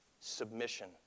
Submission